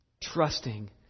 Trusting